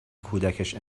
کودکش